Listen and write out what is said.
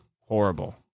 horrible